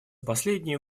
последние